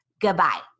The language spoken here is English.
goodbye